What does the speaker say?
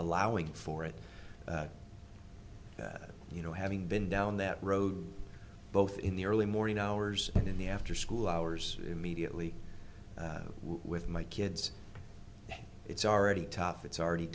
allowing for it that you know having been down that road both in the early morning hours and in the after school hours immediately with my kids it's already tough it's already